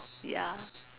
ya